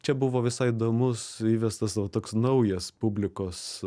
čia buvo visai įdomus įvestas toks naujas publikos